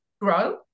grow